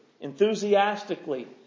enthusiastically